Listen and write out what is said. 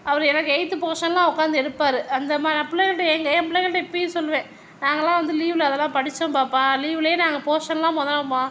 அவரு எனக்கு எயித் போர்ஷன்லாம் உக்காந்து எடுப்பார் அந்த மான பிள்ளைங்கள்டயும் எங்கள் ஏன் பிள்ளைகள்டயும் இப்போயும் சொல்லுவேன் நாங்களாம் வந்து லீவில அதைதான் படிச்சோம் பாப்பா லீவிலயே நாங்கள் போர்ஷன்லாம் முத